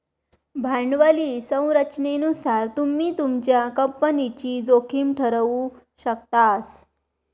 भांडवली संरचनेनुसार तुम्ही तुमच्या कंपनीची जोखीम ठरवु शकतास